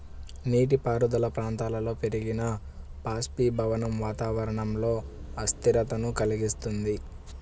నీటిపారుదల ప్రాంతాలలో పెరిగిన బాష్పీభవనం వాతావరణంలో అస్థిరతను కలిగిస్తుంది